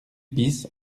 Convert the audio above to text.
bis